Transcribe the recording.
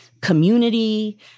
community